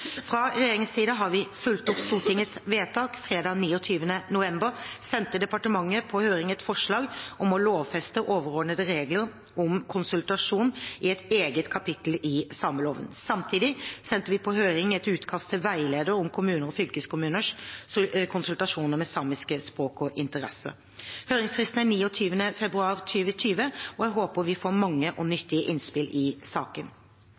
Fra regjeringens side har vi fulgt opp Stortingets vedtak. Fredag 29. november sendte departementet på høring et forslag om å lovfeste overordnede regler om konsultasjoner i et eget kapittel i sameloven. Samtidig sendte vi på høring et utkast til veileder om kommuner og fylkeskommuners konsultasjoner med samiske interesser. Høringsfristen er 29. februar 2020, og jeg håper at vi får mange og nyttige innspill i saken.